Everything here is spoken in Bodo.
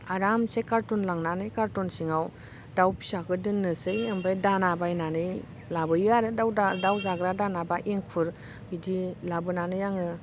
आरामसे कार्टुन लांनानै कार्टुन सिङाव दाउ फिसाखौ दोननोसै ओमफ्राय दाना बायनानै लाबोयो आरो दाउ जाग्रा दाउ दाना बा इंखुर बिदि लाबोनानै आङो